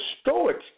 Stoics